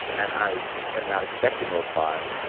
and i am not expecting a reply,